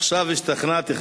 עכשיו השתכנעתי,